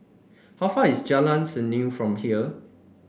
how far is Jalan Serengam from here